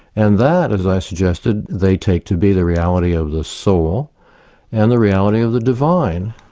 and that, as i suggested, they take to be the reality of the soul and the reality of the divine,